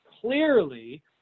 Clearly